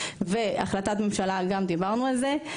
והחלטת ממשלה, גם, דיברנו על זה.